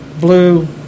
blue